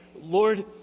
Lord